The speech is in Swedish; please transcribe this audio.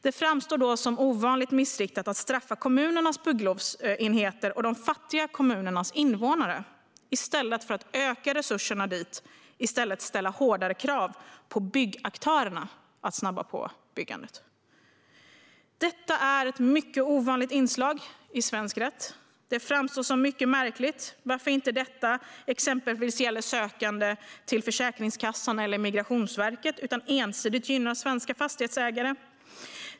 Det framstår då som ovanligt missriktat att straffa kommunernas bygglovsenheter och de fattiga kommunernas invånare i stället för att öka resurserna dit och ställa hårdare krav på byggaktören att snabba på byggandet. Detta är ett mycket ovanligt inslag i svensk rätt. Det framstår som mycket märkligt att detta inte gäller även för sökande till exempelvis Försäkringskassan eller Migrationsverket utan ensidigt gynnar svenska fastighetsägare.